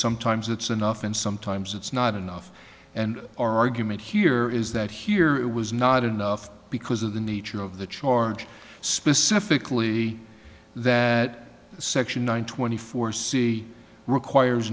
sometimes it's enough and sometimes it's not enough and our argument here is that here it was not enough because of the nature of the charge specifically that section one twenty four c requires